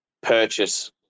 purchase